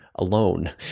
Alone